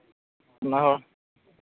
ᱚᱱᱟᱦᱚᱸ